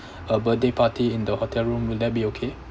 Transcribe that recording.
a birthday party in the hotel room will that be okay